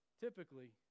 typically